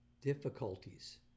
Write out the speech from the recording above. difficulties